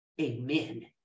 Amen